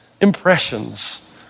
impressions